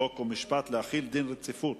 חוק ומשפט להחיל דין רציפות